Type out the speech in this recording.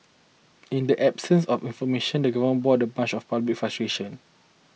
in the absence of information the government bore the brunt of public frustration